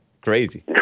Crazy